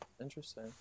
Interesting